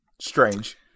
Strange